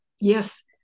yes